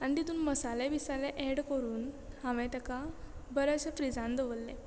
आनी तितून मसाले विसाले ऍड करून हांवें ताका बऱ्याशा फ्रिजान दवरलें